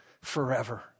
forever